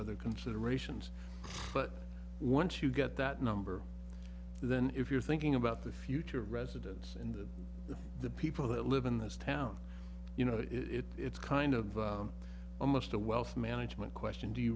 other considerations but once you get that number then if you're thinking about the future of residents in the the the people that live in this town you know it it's kind of almost a wealth management question do you